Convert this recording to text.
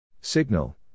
Signal